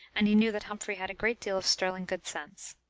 and he knew that humphrey had a great deal of sterling good sense.